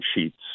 sheets